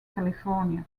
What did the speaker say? california